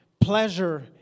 pleasure